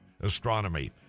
Astronomy